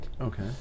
Okay